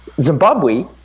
Zimbabwe